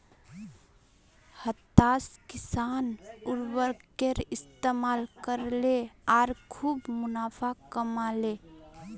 हताश किसान उर्वरकेर इस्तमाल करले आर खूब मुनाफ़ा कमा ले